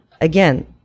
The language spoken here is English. Again